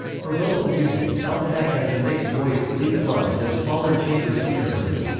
for vocal music, caltech has a mixed voice glee club and a smaller chamber singer group.